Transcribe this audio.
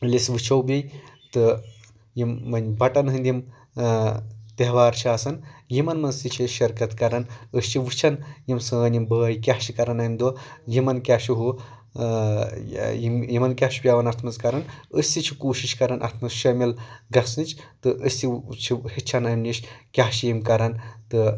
ییٚلِہ أسۍ وٕچھو بیٚیہِ تہٕ یِم وۄنۍ بَٹن ہنٛدۍ یِم تہوار چھِ آسان یِمن منٛز تہِ چھِ أسۍ شِرکت کَران أسۍ چھِ وٕچھان یِم سٲنۍ یِم بٲے کیاہ چھ کَران اَمہِ دۄہ یِمن کیاہ چھُ ہُہ یِمن کیاہ چھُ پٮ۪وان اَتھ منٛز کَرُن أسۍ تہِ چھِ کوٗشِش کَران اَتھ منٛز شٲمِل گَژھنٕچ تہٕ أسۍ تہِ چھِ ہیٚچھان اَمہِ نِش کیاہ چھِ یِم کَران تہٕ